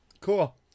cool